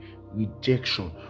rejection